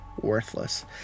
worthless